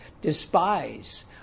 despise